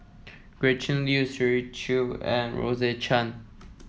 Gretchen Liu Shirley Chew and Rose Chan